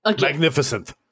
Magnificent